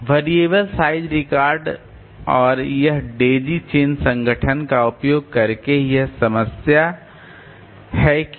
variable size record और यह daisy chain संगठन का उपयोग करके एक समस्या है कि